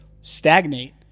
stagnate